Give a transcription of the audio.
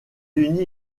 unis